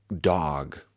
dog